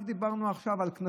רק עכשיו דיברנו על קנסות,